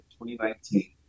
2019